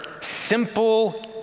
simple